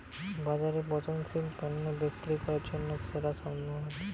বাজারে পচনশীল পণ্য বিক্রি করার জন্য সেরা সমাধান কি?